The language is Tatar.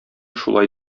шулай